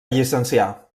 llicenciar